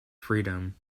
freedom